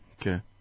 Okay